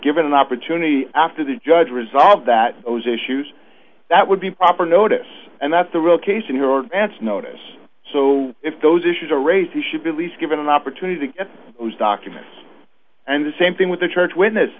given an opportunity after the judge resolved that those issues that would be proper notice and that's the real case in your advanced notice so if those issues are raised he should be least given an opportunity to get those documents and the same thing with the church witness